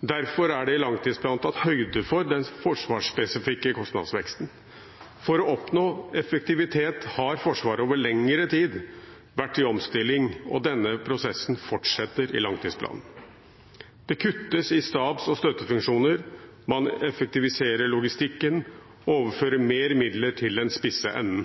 Derfor er det i langtidsplanen tatt høyde for den forsvarsspesifikke kostnadsveksten. For å oppnå effektivitet har Forsvaret over lengre tid vært i omstilling, og denne prosessen fortsetter i langtidsplanen. Det kuttes i stabs- og støttefunksjoner, man effektiviserer logistikken og overfører mer midler til den spisse enden.